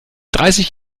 dreißig